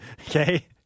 Okay